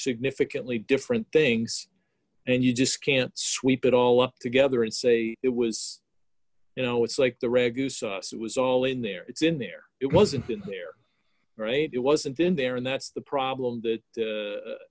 significantly different things and you just can't sweep it all up together and say it was you know it's like the reg use us it was all in there it's in there it wasn't in here right it wasn't in there and that's the problem that